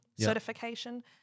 certification